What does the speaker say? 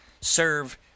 Serve